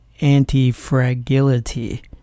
anti-fragility